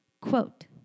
Quote